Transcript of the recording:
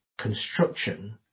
construction